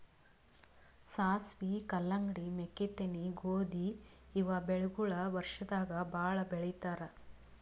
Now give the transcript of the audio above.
ಸಾಸ್ವಿ, ಕಲ್ಲಂಗಡಿ, ಮೆಕ್ಕಿತೆನಿ, ಗೋಧಿ ಇವ್ ಬೆಳಿಗೊಳ್ ವರ್ಷದಾಗ್ ಭಾಳ್ ಬೆಳಿತಾರ್